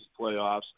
playoffs